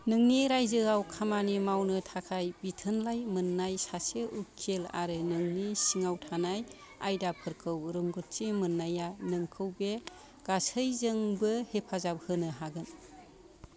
नोंनि रायजोआव खामानि मावनो थाखाय बिथोनलाइ मोननाय सासे उखिल आरो नोंनि सिङाव थानाय आयदाफोरखौ रोंग'थि मोननाया नोंखौ बे गासैजोंबो हेफाजाब होनो हागोन